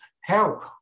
help